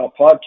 podcast